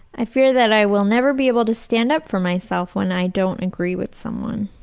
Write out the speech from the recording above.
i fear that i will never be able to stand up for myself when i don't agree with someone.